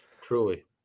Truly